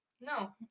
No